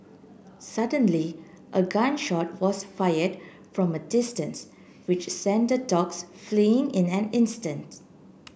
suddenly a gun shot was fired from distance which sent dogs fleeing in an instant